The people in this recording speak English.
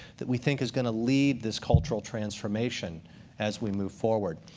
that we think is going to lead this cultural transformation as we move forward.